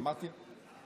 אתה צודק.